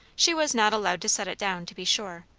she was not allowed to set it down, to be sure,